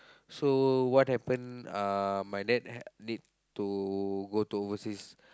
so what happened uh my dad need to go to overseas